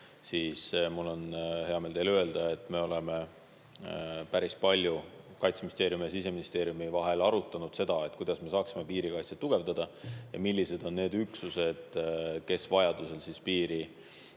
Mul on hea meel teile öelda, et me oleme päris palju Kaitseministeeriumi ja Siseministeeriumi vahel arutanud seda, kuidas me saaksime piirikaitset tugevdada ja millised on need üksused, kes vajaduse korral